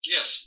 Yes